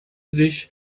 sich